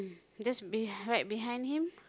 just be~ right behind him